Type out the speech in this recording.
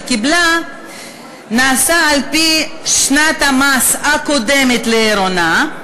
קיבלה נעשה על-פי שנת המס הקודמת להריונה,